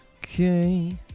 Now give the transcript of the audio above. okay